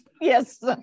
yes